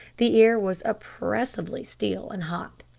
the air was oppressively still and hot.